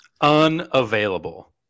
Unavailable